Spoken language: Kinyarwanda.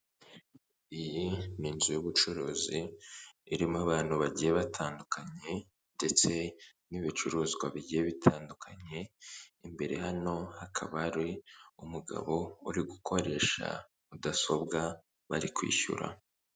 Iyi ni inzu y'ubucuruzi irimo abantu bagiye batandukanye, ndetse n'ibicuruzwa bigiye bitandukanye, imbere hano hakaba hari umugabo uri gukoresha mudasobwa bari kwishyura.